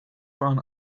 fun